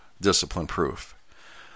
discipline-proof